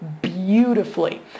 beautifully